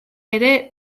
ere